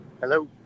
Hello